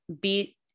beat